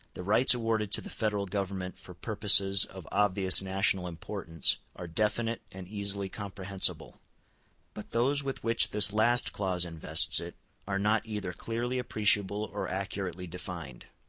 the rights awarded to the federal government for purposes of obvious national importance are definite and easily comprehensible but those with which this last clause invests it are not either clearly appreciable or accurately defined.